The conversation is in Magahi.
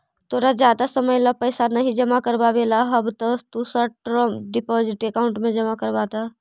तोरा जादा समय ला पैसे नहीं जमा करवावे ला हव त शॉर्ट टर्म डिपॉजिट अकाउंट में जमा करवा द